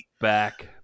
Back